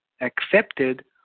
accepted